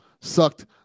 sucked